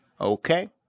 Okay